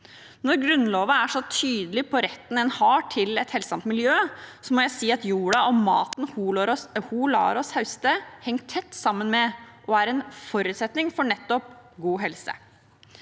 Når Grunnloven er så tydelig på retten en har til et sunt miljø, må jeg si at jorda – og maten den lar oss høste – henger tett sammen med og er en forutsetning for nettopp god helse.